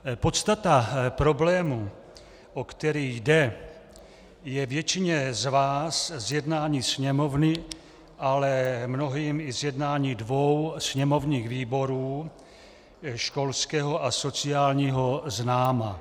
Podstata problému, o který jde, je většině z vás z jednání Sněmovny, ale mnohým i z jednání dvou sněmovních výborů, školského a sociálního, známa.